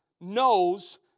knows